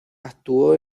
actuó